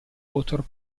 water